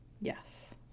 yes